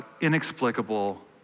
inexplicable